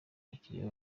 abakiliya